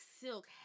silk